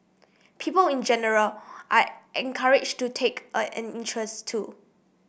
people in general are encouraged to take a an interest too